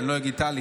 אני לא אגיד טלי,